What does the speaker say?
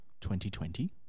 2020